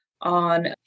on